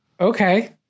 Okay